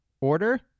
order